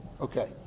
Okay